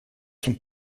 sont